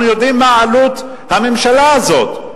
אנחנו יודעים מה עלות הממשלה הזאת.